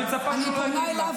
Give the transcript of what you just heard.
רון, תרצה או לא תרצה --- בשמחה.